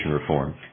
reform